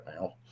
now